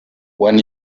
when